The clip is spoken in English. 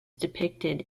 depicted